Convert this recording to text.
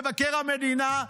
מבקר המדינה,